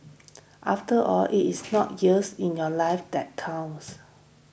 after all it is not years in your life that count